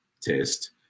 test